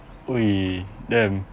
!oi! damn